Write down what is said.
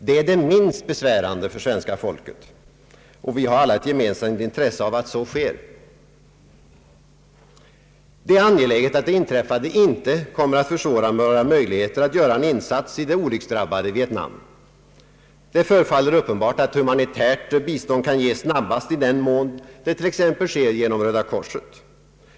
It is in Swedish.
Det är det minst besvärande för svenska folket. Vi har alla ett gemensamt intresse av att så sker. Det är angeläget att det inträffade inte kommer att försvåra våra möjligheter att göra en insats i det olycksdrabbade Vietnam. Det förefaller uppenbart att humanitärt bistånd kan ges snabbast i den mån det sker genom t.ex. Röda korset.